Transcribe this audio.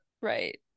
Right